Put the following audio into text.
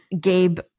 Gabe